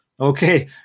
Okay